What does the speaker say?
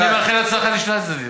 אני מאחל הצלחה לשני הצדדים.